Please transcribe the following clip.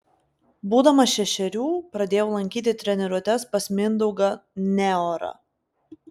būdamas šešerių pradėjau lankyti treniruotes pas mindaugą neorą